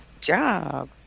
job